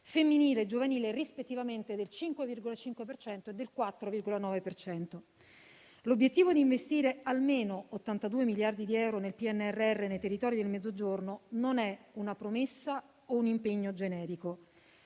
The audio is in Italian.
femminile giovanile rispettivamente del 5,5 per cento e del 4,9 per cento. L'obiettivo di investire almeno 82 miliardi di euro del PNRR nei territori del Mezzogiorno non è una promessa o un impegno generico,